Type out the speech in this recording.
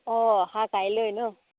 অঁ অহা কাইলৈ ন